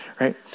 right